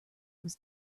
was